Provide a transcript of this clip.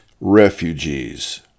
refugees